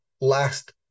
last